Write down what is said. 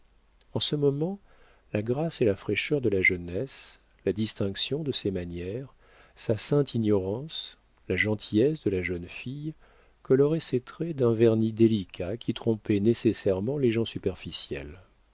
en ce moment la grâce et la fraîcheur de la jeunesse la distinction de ses manières sa sainte ignorance la gentillesse de la jeune fille coloraient ses traits d'un vernis délicat qui trompait nécessairement les gens superficiels